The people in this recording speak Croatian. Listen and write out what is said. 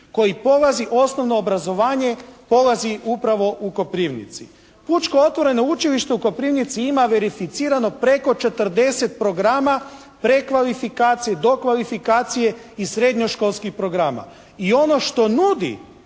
kojih polazi osnovno obrazovanje, polazi upravo u Koprivnici. Pučko otvoreno učilište u Koprivnici ima verificirano preko 40 programa prekvalifikacije, dokvalifikacije i srednje školskih programa. I ono što nudi